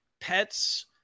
pets